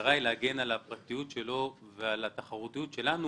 המטרה היא להגן על הפרטיות של הצד השני ועל התחרותית שלנו